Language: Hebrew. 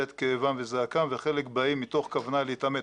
את כאבם וזעקתם וחלק באים מתוך כוונה להתעמת.